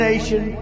nation